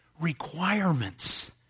requirements